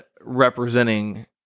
representing